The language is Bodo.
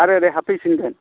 आरो ओरै हाबफैफिनगोन